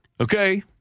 okay